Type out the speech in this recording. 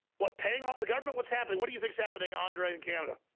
what paying off the government? what's happening? what do you think's happening andre in canada?